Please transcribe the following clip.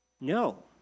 No